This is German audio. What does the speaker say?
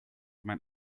mein